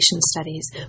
studies